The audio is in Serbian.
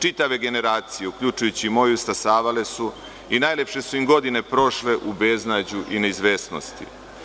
Čitave generacije, uključujući i moju, stasavale su i najlepše godine su im prošle u beznađu i neizvesnosti.